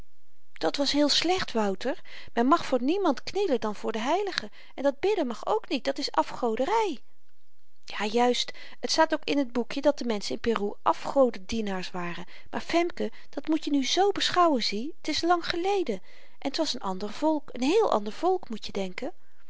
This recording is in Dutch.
dat was heel slecht wouter men mag voor niemand knielen dan voor de heiligen en dat bidden mag ook niet dat is afgodery ja juist t staat ook in t boekje dat die menschen in peru afgodendienaars waren maar femke dat moet je nu z beschouwen zie t is lang geleden en t was een ander volk een heel ander volk moet je denken